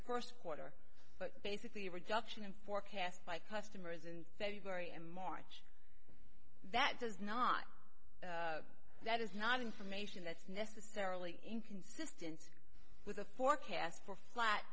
first quarter but basically rejection and forecast by customers in february and march that does not that is not information that's necessarily inconsistent with a forecast for flat